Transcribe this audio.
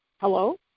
hello